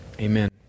amen